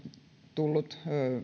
tullut